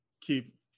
keep